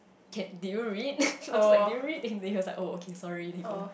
can did you read also like did you read then he he was like oh sorry they go